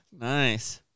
Nice